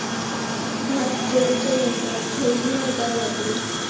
भात झोडूच्या यंत्राक खयली मोटार वापरू?